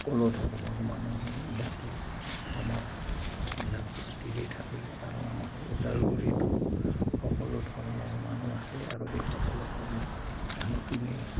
সকলো ধৰ্মৰ মানুহে ইয়াতেই অসমত মিলা প্ৰীতিৰে থাকে আৰু আমাৰ ওদালগুৰিতো সকলো ধৰ্মৰ মানুহ আছে আৰু সেই সকলো ধৰ্মৰ মানুহখিনিয়ে